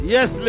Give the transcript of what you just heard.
Yes